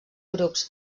grups